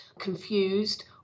confused